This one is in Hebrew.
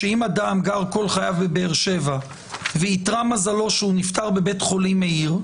שאם אדם גר כל חייו בבאר שבע ואיתרע מזלו שהוא נפטר בבית חולים מאיר,